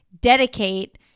dedicate